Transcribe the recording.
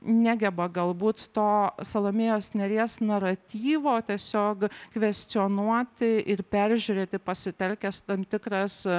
negeba galbūt to salomėjos nėries naratyvo tiesiog kvestionuoti ir peržiūrėti pasitelkęs tam tikras